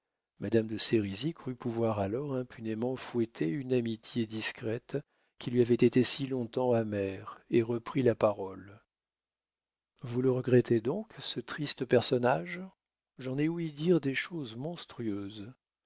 madame de sérizy crut pouvoir alors impunément fouetter une amitié discrète qui lui avait été si long-temps amère et reprit la parole vous le regrettez donc ce triste personnage j'en ai ouï dire des choses monstrueuses